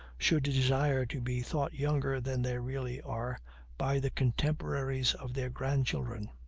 should desire to be thought younger than they really are by the contemporaries of their grandchildren.